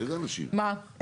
מה?